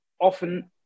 often